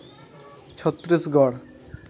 Chhattisgarh